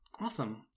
Awesome